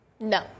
no